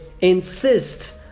insist